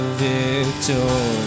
victory